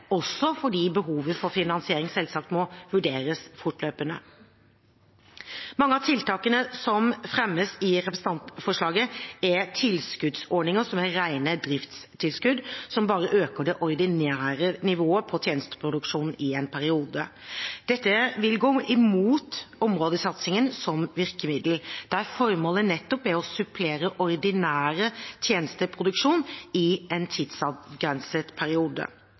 også fordi behovet for finansiering selvsagt må vurderes fortløpende. Mange av tiltakene som fremmes i representantforslaget, er tilskuddsordninger som er rene driftstilskudd, som bare øker det ordinære nivået på tjenesteproduksjonen i en periode. Dette vil gå imot områdesatsinger som virkemiddel, der formålet nettopp er å supplere ordinær tjenesteproduksjon i en tidsavgrenset periode.